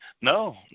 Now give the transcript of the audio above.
No